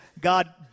God